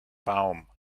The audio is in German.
baum